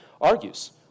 argues